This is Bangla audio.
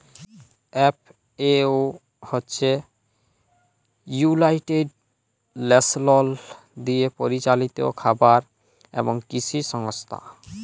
এফ.এ.ও হছে ইউলাইটেড লেশলস দিয়ে পরিচালিত খাবার এবং কিসি সংস্থা